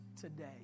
today